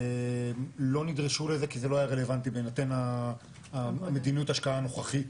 לא נדרשו לזה כי זה לא היה רלוונטי בהינתן מדיניות ההשקעה הנוכחית.